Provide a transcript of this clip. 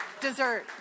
dessert